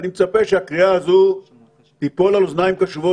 ואני מצפה שהקריאה הזו תיפול על אוזניים קשובות.